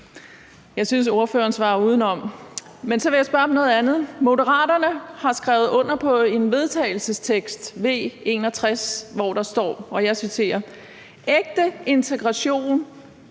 Jeg synes, at ordføreren svarer udenom. Men så vil jeg spørge om noget andet. Moderaterne har skrevet under på en vedtagelsestekst, V 61, hvor der står, og jeg citerer: »... ægte integration